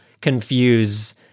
confuse